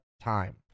time